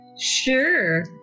Sure